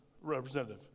Representative